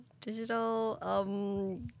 digital